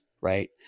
right